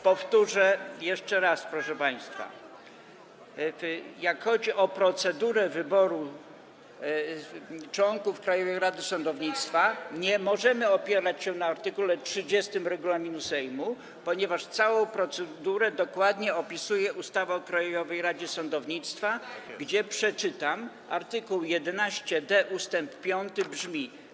Powtórzę jeszcze raz, proszę państwa: jeśli chodzi o procedurę wyboru członków Krajowej Rady Sądownictwa, nie możemy opierać się na art. 30 regulaminu Sejmu, ponieważ całą procedurę dokładnie opisuje ustawa o Krajowej Radzie Sądownictwa, gdzie - przeczytam - art. 11d ust. 5 brzmi: